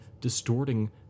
distorting